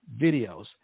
videos